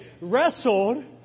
wrestled